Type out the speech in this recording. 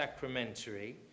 sacramentary